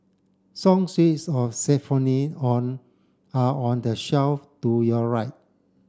song sheets of on are on the shelf to your right